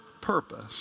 purpose